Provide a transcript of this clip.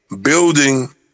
building